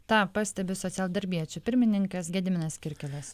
tą pastebi socialdarbiečių pirmininkas gediminas kirkilas